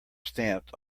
stamped